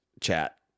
chat